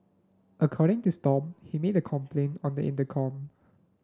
according to Stomp he made a complaint on the intercom